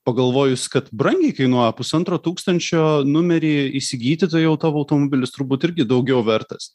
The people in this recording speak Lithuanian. pagalvojus kad brangiai kainuoja pusantro tūkstančio numerį įsigyti tai jau tavo automobilis turbūt irgi daugiau vertas